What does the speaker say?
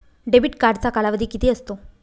Debit कार्डचा कालावधी किती असतो?